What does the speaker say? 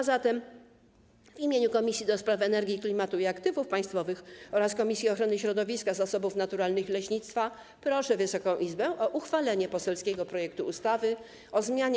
A zatem w imieniu Komisji do Spraw Energii, Klimatu i Aktywów Państwowych oraz Komisji Ochrony Środowiska, Zasobów Naturalnych i Leśnictwa proszę Wysoką Izbę o uchwalenie poselskiego projektu ustawy o zmianie